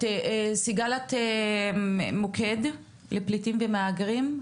סיגל מהמוקד לפליטים ומהגרים,